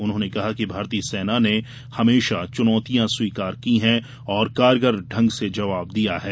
उन्होंने कहा कि भारतीय सेना ने हमेशा चुनौतियां स्वीकार की हैं और कारगर ढंग से जवाब दिया है